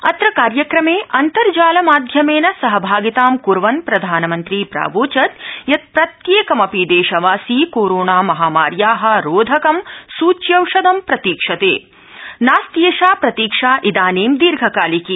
अत्र कार्यक्रम अन्तर्जालमाध्यमर सहभागिता कुर्वन् प्रधानमंत्री प्रावोचत् यत् प्रत्यक्क्मपि दप्रव्रासी कोरोना महामार्या रोधक सुच्यौषधं प्रतीक्षत जास्त्यक्ति प्रतीक्षा इदानी दीर्घकालिकी